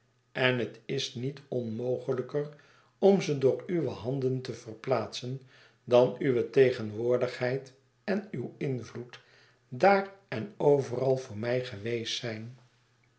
en het is niet onmogelijker om ze door uwe handen te verplaatsen dan uwe tegenwoordigheid en uw invloed daar en overal voor mij geweest zijn